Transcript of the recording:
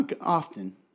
often